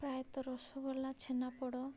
ପ୍ରାୟତଃ ରସଗୋଲା ଛେନାପୋଡ଼